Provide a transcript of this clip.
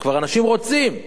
כבר אנשים רוצים,